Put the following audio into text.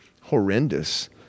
horrendous